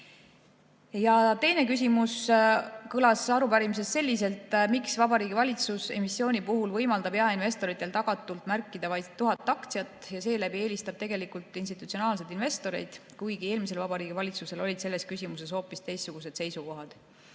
Teine küsimus arupärimises kõlas selliselt: "Miks Vabariigi Valitsus emissiooni puhul võimaldab jaeinvestoritel tagatult märkida vaid 1000 aktsiat ja seeläbi eelistab tegelikult institutsionaalseid investoreid, kuigi eelmisel Vabariigi Valitsusel olid selles küsimuses hoopis teistsugused seisukohad?"